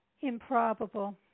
improbable